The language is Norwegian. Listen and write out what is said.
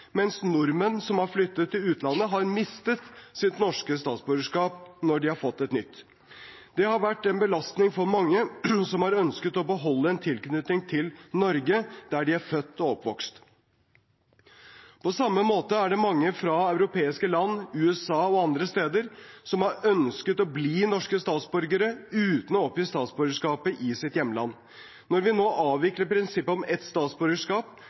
mens nordmenn som har flyttet til utlandet, har mistet sitt norske statsborgerskap når de har fått et nytt. Det har vært en belastning for mange som har ønsket å beholde en tilknytning til Norge, der de er født og oppvokst. På samme måte er det mange fra europeiske land, USA og andre steder som har ønsket å bli norske statsborgere uten å oppgi statsborgerskapet i sitt hjemland. Når vi nå avvikler prinsippet om ett statsborgerskap,